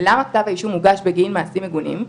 למה כתב האישום הוגש בגין מעשים מגונים?